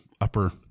upper